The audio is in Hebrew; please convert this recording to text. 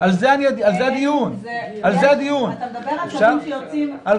שאני חושב שהוא